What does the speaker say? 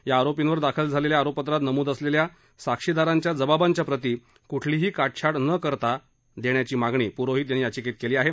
या आरोपींवर दाखल झालेल्या आरोपपत्रात नमूद असलेल्या साक्षीदारांच्या जबाबांच्या प्रती कुठलीही काटछाट न करता देण्याची मागणी पुरोहीत यांनी याचिकेत केली आहे